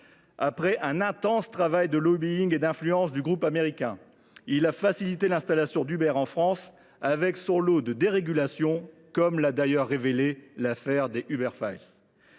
Après un intense travail de lobbying et d’influence du groupe américain, il a facilité l’installation d’Uber en France, avec son lot de dérégulations, comme l’a révélé l’affaire des. Ces